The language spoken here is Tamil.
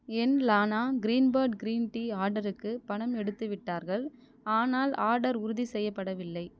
என் லானா கிரீன்பேர்ட் கிரீன் டீ ஆர்டருக்கு பணம் எடுத்துவிட்டார்கள் ஆனால் ஆர்டர் உறுதி செய்யப்படவில்லை